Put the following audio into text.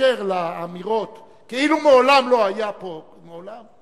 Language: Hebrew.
אשר לאמירות כאילו מעולם לא היה פה מעולם?